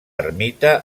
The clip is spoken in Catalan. ermita